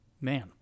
man